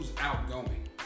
outgoing